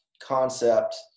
concept